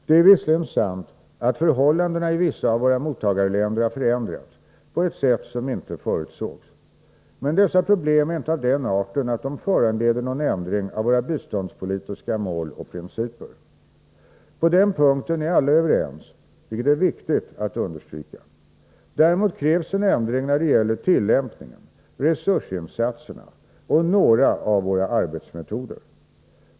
Det är visserligen sant att förhållandena i vissa av våra mottagarländer har förändrats på ett sätt som inte förutsågs. Men dessa problem är inte av den arten att de föranleder någon ändring av våra biståndspolitiska mål och principer. På den punkten är alla överens, vilket är viktigt att understryka. Däremot krävs en ändring när det gäller tillämpningen, resursinsatserna och några av våra arbetsmetoder.